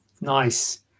Nice